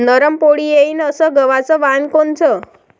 नरम पोळी येईन अस गवाचं वान कोनचं?